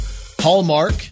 Hallmark